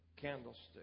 candlestick